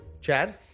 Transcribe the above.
Chad